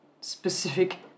specific